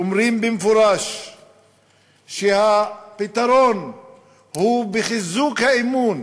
אומרות במפורש שהפתרון הוא בחיזוק האמון